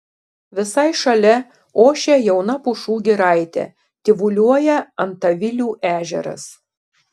visai šalia ošia jauna pušų giraitė tyvuliuoja antavilių ežeras